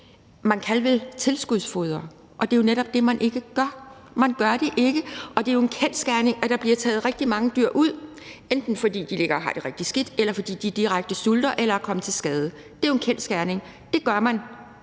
man kan vel tilskudsfodre, og det er jo netop det, man ikke gør. Man gør det ikke. Det er jo en kendsgerning, at der bliver taget rigtig mange dyr ud, enten fordi de ligger og har det rigtig skidt, eller fordi de direkte sulter eller er kommet til skade. Det er jo en kendsgerning. Det gør man,